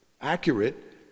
accurate